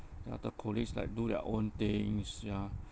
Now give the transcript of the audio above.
ya the colleagues like do their own things ya